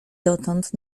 dotąd